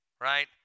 right